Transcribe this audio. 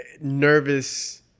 nervous